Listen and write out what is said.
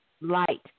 light